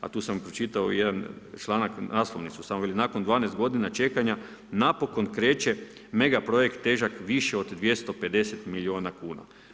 A tu sam pročitao jedan članak, naslovnicu, samo, veli, nakon 12 g. čekanja napokon kreće mega projekt težak više od 250 milijuna kn.